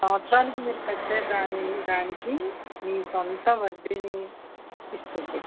సంవత్సరానికి మీరు కట్టే దాని దానికి మీ సొంత వడ్డీని ఇస్తుంది